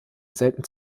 selten